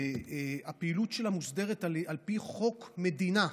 הפעילות שלה מוסדרת על פי חוק מדינה.